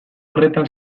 horretan